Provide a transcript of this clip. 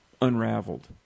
unraveled